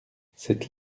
cette